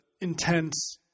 intense